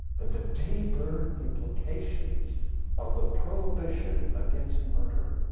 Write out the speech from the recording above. that the deeper implications of the prohibition against murder